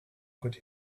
could